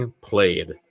played